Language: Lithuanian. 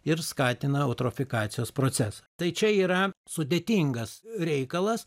ir skatina eutrofikacijos procesą tai čia yra sudėtingas reikalas